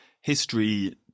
history